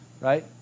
right